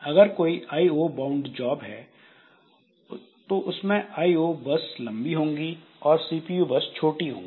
अगर कोई IO bound job है तो उसमें आईओ बर्स्ट्स लंबी होगी और सीपीयू बर्स्ट्स छोटी होंगी